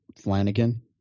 Flanagan